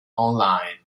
online